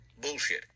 bullshit